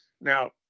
Now